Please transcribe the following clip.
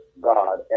God